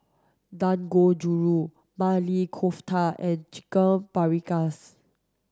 Dangojiru Maili Kofta and Chicken Paprikas